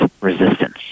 resistance